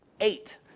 Eight